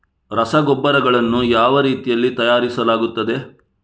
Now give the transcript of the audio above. ರಸಗೊಬ್ಬರಗಳನ್ನು ಯಾವ ರೀತಿಯಲ್ಲಿ ತಯಾರಿಸಲಾಗುತ್ತದೆ?